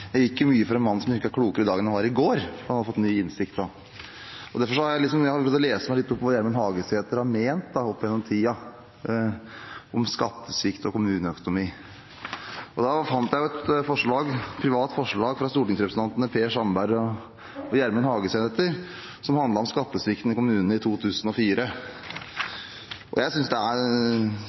var i går. Han hadde fått ny innsikt da. Derfor har jeg prøvd å lese meg litt opp på hva Gjermund Hagesæter har ment opp igjennom tiden, om skattesvikt og kommuneøkonomi. Jeg fant et privat forslag fra stortingsrepresentantene Per Sandberg og Gjermund Hagesæter som handlet om skattesvikten i kommunene i 2004. Jeg synes det er